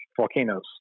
volcanoes